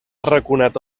arraconat